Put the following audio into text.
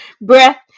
breath